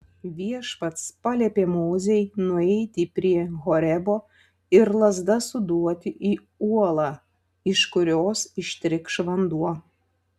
viešpats paliepė mozei nueiti prie horebo ir lazda suduoti į uolą iš kurios ištrykš vanduo